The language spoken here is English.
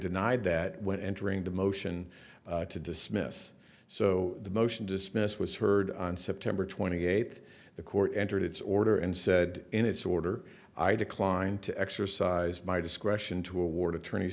denied that when entering the motion to dismiss so the motion dismissed was heard on september twenty eighth the court entered its order and said in its order i declined to exercise my discretion to award attorney